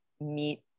meet